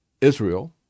Israel